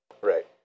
Right